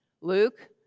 Luke